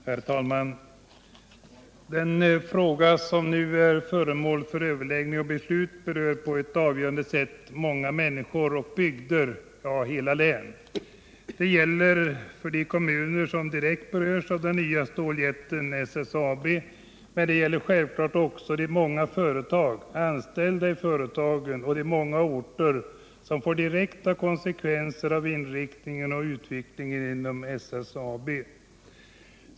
Herr talman! Den fråga som nu är föremål för överläggning och beslut berör på ett avgörande sätt många människor och bygder, ja hela län. Detta gäller naturligtvis främst de kommuner som direkt berörs av den nya ståljätten SSAB, men det gäller självfallet också de många företag, de anställda i företagen och de många orter som drabbas av direkta konsekvenser på grund av inriktningen och utvecklingen inom SSAB.